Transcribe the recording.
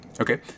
Okay